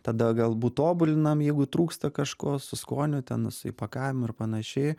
tada galbūt tobulinam jeigu trūksta kažko su skoniu ten su įpakavimu ir panašiai